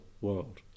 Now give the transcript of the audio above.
world